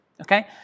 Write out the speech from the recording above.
okay